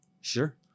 Sure